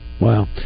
Wow